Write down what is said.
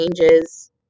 changes